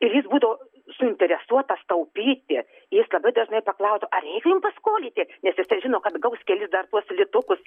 ir jis būdavo suinteresuotas taupyti jis labai dažnai paklausdo ar reik jum paskolyti nes jisai žino kad gaus kelis dar tuos litukus